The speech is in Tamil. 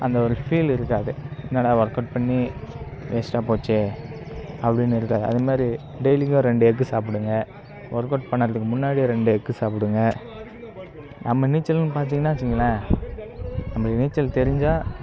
அந்த ஒரு ஃபீலு இருக்காது என்னடா ஒர்க் அவுட் பண்ணி வேஸ்டாக போச்சே அப்படின்னு இருக்காது அதுமாதிரி இருக்காது அதுமாதிரி டெய்லியும் ரெண்டு எக்கு சாப்பிடுங்க ஒர்க் அவுட் பண்ணுறதுக்கு முன்னாடி ரெண்டு எக்கு சாப்பிடுங்க நம்ம நீச்சல்ன்னு பார்த்தீங்கன்னா வச்சுங்களேன் நம்மளுக்கு நீச்சல் தெரிஞ்சால்